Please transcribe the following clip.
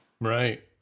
Right